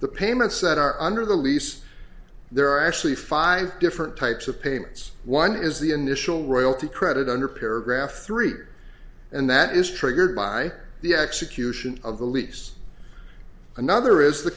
the payments that are under the lease there are actually five different types of payments one is the initial royalty credit under paragraph three and that is triggered by the execution of the lease another is the